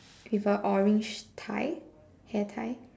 with a orange tie hair tie